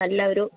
നല്ല ഒരു